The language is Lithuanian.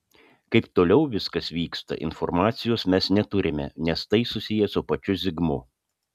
kaip toliau viskas vyksta informacijos mes neturime nes tai susiję su pačiu zigmu